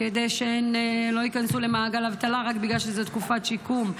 כדי שהן לא ייכנסו למעגל אבטלה רק בגלל שזו תקופת שיקום?